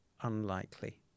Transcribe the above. unlikely